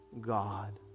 God